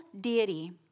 deity